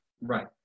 Right